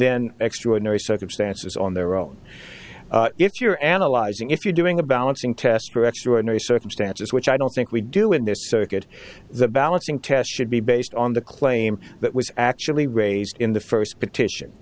then extraordinary circumstances on their own it's you're analyzing if you're doing a balancing test or extraordinary circumstances which i don't think we do in this circuit that balancing test should be based on the claim that was actually raised in the first petition